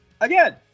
again